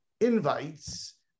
invites